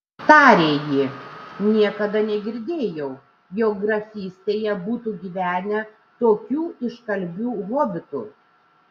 tarė ji niekada negirdėjau jog grafystėje būtų gyvenę tokių iškalbių hobitų